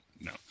No